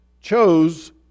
chose